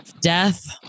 death